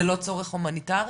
זה לא צורך הומניטרי?